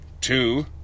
two